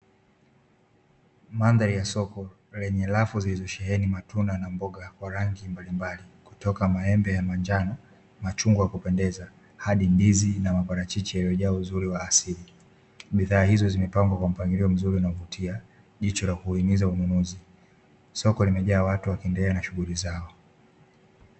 Mandhari ya soko yenye rafu zilizosheheni matunda na mboga kwa rangi mbalimbali kutoka maembe ya manjano, machungwa kupendeza hadi ndizi na maparachichi yaliyojaa uzuri wa asili, bidhaa hizo zimepangwa kwa mpangilio mzuri unaovutia jicho la kuhimiza ununuzi, soko limejaa watu wakiendelea na shughuli zao.